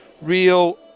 real